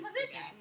position